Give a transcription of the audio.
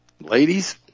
Ladies